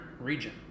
region